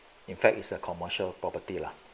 in fact is a commercial property lah